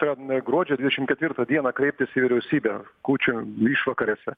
ten gruodžio dvidešim ketvirtą dieną kreiptis į vyriausybę kūčių išvakarėse